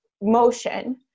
motion